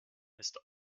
ist